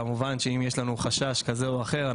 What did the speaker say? כמובן שאם יש לנו חשש כזה או אחר,